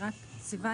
סיון